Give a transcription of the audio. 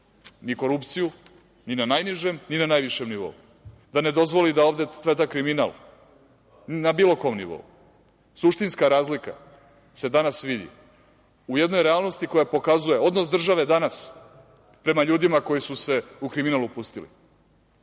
ni korupciju ni na najnižem, ni na najvišem nivou, da ne dozvoli da ovde cveta kriminal na bilo kom nivou. Suštinska razlika se danas vidi u jednoj realnosti koja pokazuje odnos države danas prema ljudima koji su se u kriminal upustili.